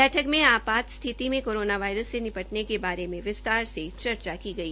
बैठक में आपात स्थिति में कोरोना वायरस से निपटने के बारे में विस्तार से चर्चा की गई